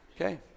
Okay